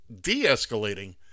de-escalating